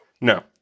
No